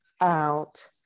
out